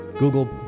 Google